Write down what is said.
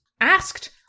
asked